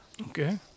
Okay